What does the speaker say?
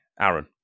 Aaron